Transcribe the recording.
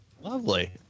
Lovely